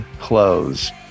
Close